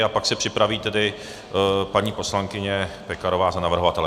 A pak se připraví tedy paní poslankyně Pekarová za navrhovatele.